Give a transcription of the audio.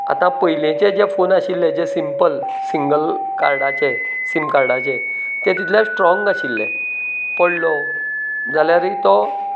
आतां पयलीचें जे फोन आशिल्ले जे सिंपल सिंगल कार्डाचें सीम कार्डांचें तें तिलेंच स्ट्रोंग नाशिल्लें पडलो जाल्यारीय तो